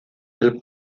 del